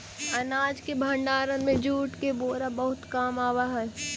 अनाज के भण्डारण में जूट के बोरा बहुत काम आवऽ हइ